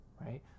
Right